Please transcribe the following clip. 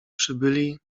przybyli